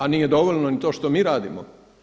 A nije dovoljno ni to što mi radimo.